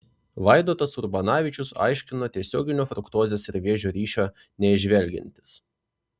vaidotas urbanavičius aiškino tiesioginio fruktozės ir vėžio ryšio neįžvelgiantis